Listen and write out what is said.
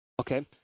Okay